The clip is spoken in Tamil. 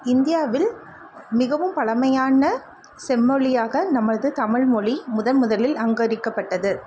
இந்தியாவில் மிகவும் பழமையான செம்மொழியாக நம்மளது தமிழ்மொழி முதன் முதலில் அங்கரிக்கப்பட்டது